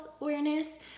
awareness